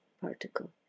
particle